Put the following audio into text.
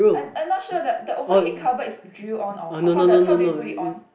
I I not sure the the overhead cover is drill on or how how the how do you put it on